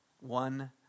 one